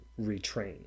retrain